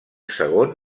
segon